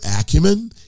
acumen